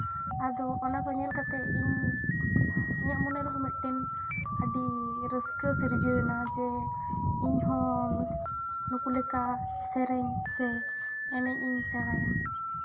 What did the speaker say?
ᱟᱫᱚ ᱚᱱᱟ ᱠᱚ ᱧᱮᱞ ᱠᱟᱛᱮᱜ ᱤᱧ ᱤᱧᱟᱹᱜ ᱢᱚᱱᱮ ᱨᱮᱦᱚᱸ ᱢᱤᱫᱴᱮᱱ ᱟᱹᱰᱤ ᱨᱟᱹᱥᱠᱟᱹ ᱥᱮ ᱨᱤᱡᱷᱟᱹᱣ ᱮᱱᱟ ᱡᱮ ᱤᱧᱦᱚᱸ ᱱᱩᱠᱩ ᱞᱮᱠᱟ ᱥᱮᱨᱮᱧ ᱥᱮ ᱮᱱᱮᱡ ᱤᱧ ᱥᱮᱬᱟᱭᱟ